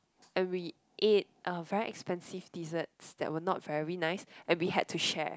and we ate uh very expensive desserts that were not very nice and we had to share